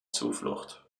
zuflucht